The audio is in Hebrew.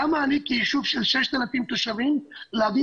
למה אני כישוב של 6,000 תושבים להביא